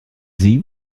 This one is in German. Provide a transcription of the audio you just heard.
sie